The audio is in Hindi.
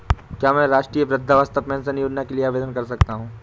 क्या मैं राष्ट्रीय वृद्धावस्था पेंशन योजना के लिए आवेदन कर सकता हूँ?